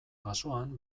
basoan